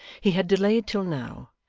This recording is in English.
he had delayed till now,